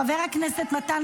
--- חבר הכנסת מתן